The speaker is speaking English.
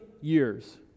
years